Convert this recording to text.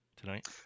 tonight